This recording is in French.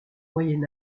moyen